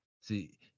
see